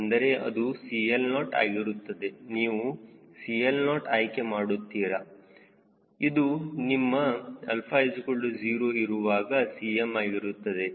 ಅಂದರೆ ಅದು CL0 ಆಗಿರುತ್ತದೆ ನೀವು CL0 ಆಯ್ಕೆ ಮಾಡುತ್ತೀರಾ ಇದು ನಿಮ್ಮ 𝛼 0 ಇರುವಾಗ 𝐶m ಆಗುತ್ತದೆ